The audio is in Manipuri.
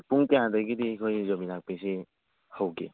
ꯄꯨꯡ ꯀꯌꯥꯗꯒꯤꯗꯤ ꯑꯩꯈꯣꯏ ꯌꯨꯕꯤ ꯂꯥꯛꯄꯤꯁꯤ ꯍꯧꯒꯦ